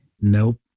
Nope